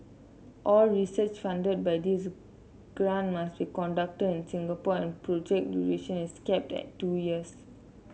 all research funded by this grant must be conducted in Singapore and project duration is capped at two years